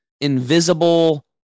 invisible